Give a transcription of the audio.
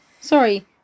Sorry